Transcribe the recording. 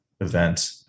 event